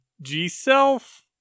G-self